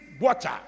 water